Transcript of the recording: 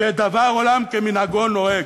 שעולם כמנהגו נוהג.